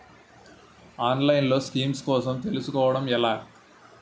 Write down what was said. ఆన్లైన్లో స్కీమ్స్ కోసం తెలుసుకోవడం ఎలా?